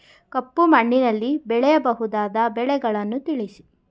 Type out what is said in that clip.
ಕಪ್ಪು ಮಣ್ಣಿನಲ್ಲಿ ಬೆಳೆಯಬಹುದಾದ ಬೆಳೆಗಳನ್ನು ತಿಳಿಸಿ?